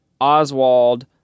Oswald